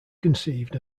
conceived